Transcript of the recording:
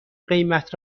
قیمت